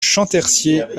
champtercier